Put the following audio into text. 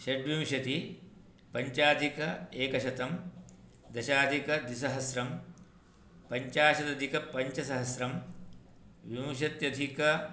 षड्विंशतिः पञ्चाधिक एकशतं दशाधिकद्विसहस्रं पञ्चाशतधिकपञ्चसहस्रं विंशत्यधिक